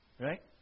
Right